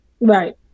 Right